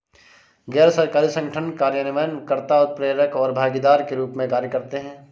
गैर सरकारी संगठन कार्यान्वयन कर्ता, उत्प्रेरक और भागीदार के रूप में कार्य करते हैं